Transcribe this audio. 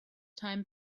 time